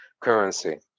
currency